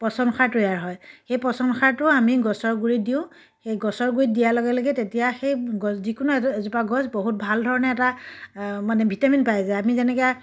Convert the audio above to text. পচন সাৰ তৈয়াৰ হয় সেই পচন সাৰটো আমি গছৰ গুৰিত দিওঁ সেই গছৰ গুৰিত দিয়া লগে লগে তেতিয়া সেই গছ যিকোনো এজো এজোপা গছ বহুত ভাল ধৰণে এটা মানে ভিটামিন পাই যায় আমি যেনেকৈ